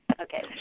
Okay